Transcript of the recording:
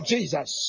Jesus